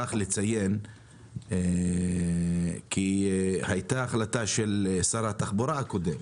שכח לציין כי הייתה החלטה של שר התחבורה הקודם